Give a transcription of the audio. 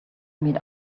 meet